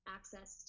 access